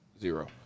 zero